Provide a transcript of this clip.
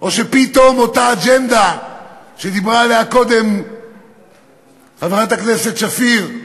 או שפתאום אותה אג'נדה שדיברה עליה קודם חברת הכנסת שפיר,